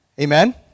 Amen